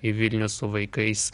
į vilnių su vaikais